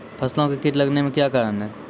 फसलो मे कीट लगने का क्या कारण है?